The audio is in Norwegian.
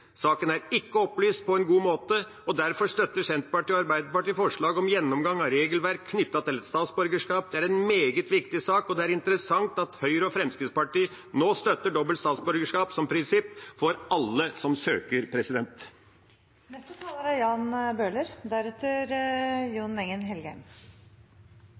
Saken er ikke opplyst på en god måte, derfor setter Senterpartiet og Arbeiderpartiet fram forslag om en gjennomgang av regelverk knyttet til statsborgerskap. Det er en meget viktig sak, og det er interessant at Høyre og Fremskrittspartiet nå støtter dobbelt statsborgerskap som prinsipp for alle som søker. Den saken vi behandler i dag, er